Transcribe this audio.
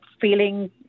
feeling